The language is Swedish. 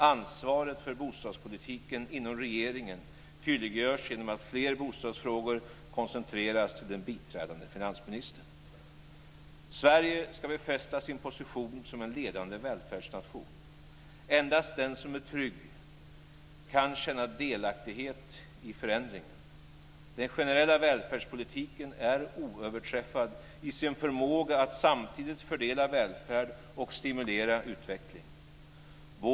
Ansvaret för bostadspolitiken inom regeringen tydliggörs genom att fler bostadsfrågor koncentreras till den biträdande finansministern. Sverige ska befästa sin position som en ledande välfärdsnation. Endast den som är trygg kan känna delaktighet i förändringen. Den generella välfärdspolitiken är oöverträffad i sin förmåga att samtidigt fördela välfärd och stimulera utveckling.